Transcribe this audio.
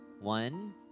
One